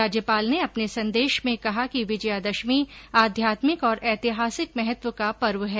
राज्यपाल ने अपने संदेश में कहा कि विजयदशमी आध्यात्मिक और ऐतिहासिक महत्व का पर्व है